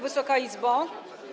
Wysoka Izbo!